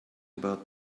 about